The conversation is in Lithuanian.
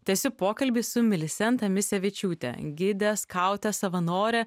tęsiu pokalbį su milisenta misevičiūte gide skaute savanore